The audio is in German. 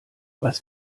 was